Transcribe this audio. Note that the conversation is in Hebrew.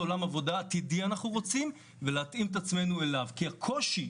עולם עבודה עתידי אנחנו רוצים ולהתאים את עצמנו אליו כי הקושי,